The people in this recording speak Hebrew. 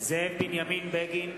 זאב בנימין בגין,